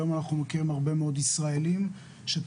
היום אנחנו מכירים הרבה מאוד ישראלים שטסים